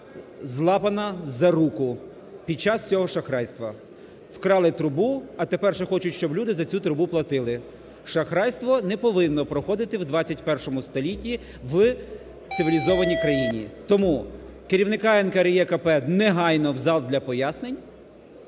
злапана за руку під час цього шахрайства. Вкрали трубу, а тепер ще хочуть, щоб люди за цю трубу платили. Шахрайство не повинно проходити в ХХІ столітті в цивілізованій країні. Тому керівника НКРЕКП – негайно в зал для пояснень,